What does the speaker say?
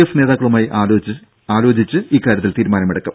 F നേതാക്കളുമായി ആലോചിച്ച് ഇക്കാര്യത്തിൽ തീരുമാനമെടുക്കും